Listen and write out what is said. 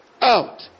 out